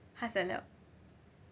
他 send liao